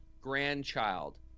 grandchild